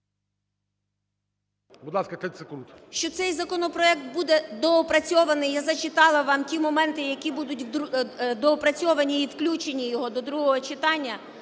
…що цей законопроект буде доопрацьований, я зачитала вам ті моменти, які будуть доопрацюванні і включені до другого читання,